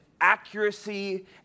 accuracy